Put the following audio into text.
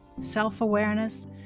self-awareness